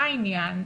מה העניין?